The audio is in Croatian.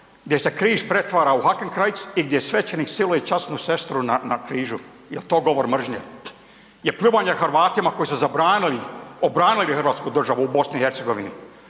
gdje se križ pretvara u hakenkrajc i gdje svećenik siluje časnu sestru na, na križu. Jel to govor mržnje? Je pljuvanje Hrvatima koji su zabranili, obranili hrvatsku državu u BiH,